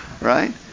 right